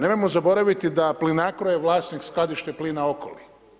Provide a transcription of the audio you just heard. Nemojmo zaboraviti da Plinacro je vlasnik skladišta plina OCOLI.